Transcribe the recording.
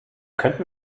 könnten